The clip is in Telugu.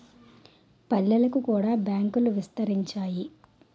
పల్లెలకు కూడా బ్యాంకులు విస్తరించాయి